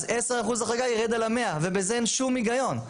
אז 10% החרגה יירד על ה-100 ובזה אין שום היגיון.